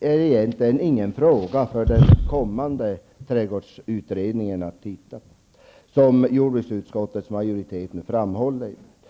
egentligen inte är någon fråga för den kommande trädgårdsutredningen, tvärtemot vad jordbruksutskottets majoritet framhåller i betänkandet.